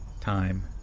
time